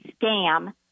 scam